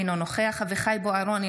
אינו נוכח אביחי אברהם בוארון,